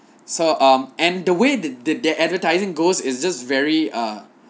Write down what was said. so um and the way the the their advertising goals is just very ah